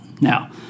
Now